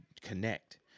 connect